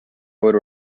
would